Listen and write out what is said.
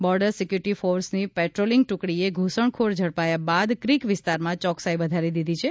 border security ફોર્સની patrolling ટુકડીએ ઘુસણખોર ઝડપાયા બાદ ક્રિક વિસ્તારમાં ચોક્સાઇ વધારી દીધી છે